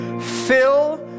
fill